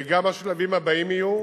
וגם השלבים הבאים יהיו